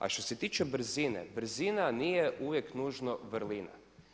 A što se tiče brzine, brzina nije uvijek nužno vrlina.